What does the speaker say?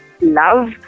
love